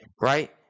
right